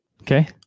Okay